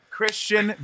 Christian